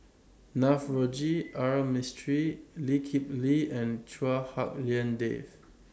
Navroji R Mistri Lee Kip Lee and Chua Hak Lien Dave